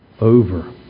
over